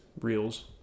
reels